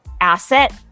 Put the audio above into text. asset